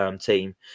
team